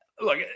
look